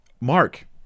Mark